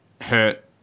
hurt